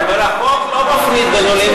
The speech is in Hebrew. אבל החוק לא מפריד בין עולים,